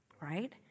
Right